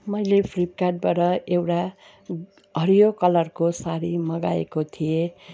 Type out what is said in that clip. मैले फ्लिपकार्टबाट एउटा हरियो कलरको सारी मगाएको थिएँ